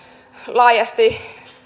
laajasti